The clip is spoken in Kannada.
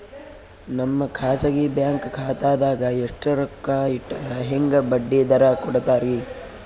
ನಮ್ಮ ಖಾಸಗಿ ಬ್ಯಾಂಕ್ ಖಾತಾದಾಗ ಎಷ್ಟ ರೊಕ್ಕ ಇಟ್ಟರ ಹೆಂಗ ಬಡ್ಡಿ ದರ ಕೂಡತಾರಿ?